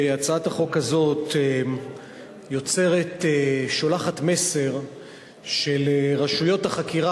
הצעת החוק הזאת שולחת מסר שלרשויות החקירה